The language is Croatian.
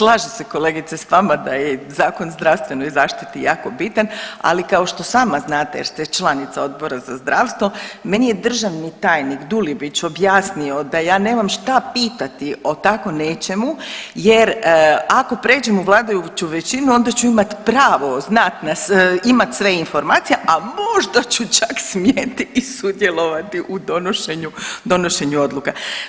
Slažem se, kolegice, s vama, da je Zakon o zdravstvenoj zaštiti jako bitan, ali kao što sama znate jer ste članica Odbora za zdravstvo, meni je državni tajnik Dulibić objasnio da ja nemam šta pitati o tako nečemu jer ako pređemo u vladajuću većinu onda ću imati pravo znati .../nerazumljivo/... imati sve informacije, a možda ću čak smjeti i sudjelovati u donošenju odluka.